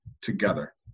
together